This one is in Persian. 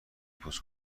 پست